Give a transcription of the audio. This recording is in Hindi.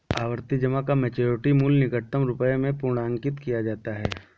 आवर्ती जमा का मैच्योरिटी मूल्य निकटतम रुपये में पूर्णांकित किया जाता है